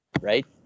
right